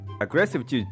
Aggressive